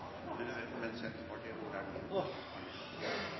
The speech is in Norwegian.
da vil det være